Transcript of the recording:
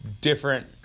different